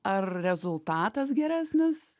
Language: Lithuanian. ar rezultatas geresnis